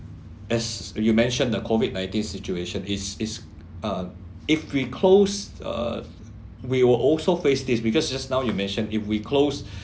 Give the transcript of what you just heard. as you mentioned the COVID nineteen situation is is uh if we close err we will also face this because just now you mention if we close